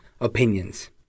opinions